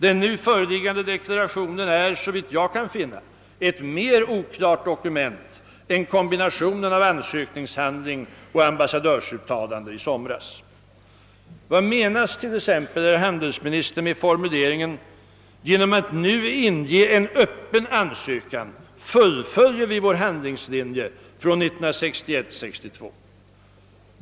Den nu föreliggande deklarationen är såvitt jag kan finna ett mer oklart dokument än kombinationen av ansökningshandling och ambassadörsuttalande i somras. Vad menas t.ex., herr handelsminister, med formuleringen »genom att nu inge en öppen ansökan fullföljer vi vår handlingslinje från 1961—1962»?